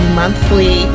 monthly